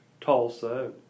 Tulsa